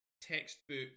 textbook